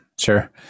Sure